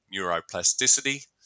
neuroplasticity